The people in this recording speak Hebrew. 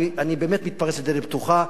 אני באמת מתפרץ לדלת פתוחה.